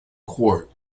court